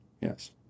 yes